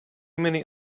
many